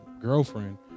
girlfriend